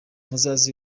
muzaze